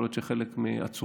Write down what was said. יכול להיות שחלק מהעצורים,